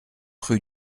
rue